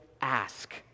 ask